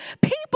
People